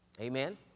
Amen